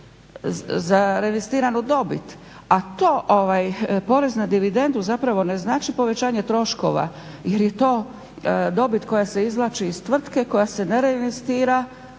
za reinvestiranu dobit. A to, porez na dividendu zapravo ne znači povećanje troškova jer je to dobit koja se izvlači iz tvrtke koja se nereinvestira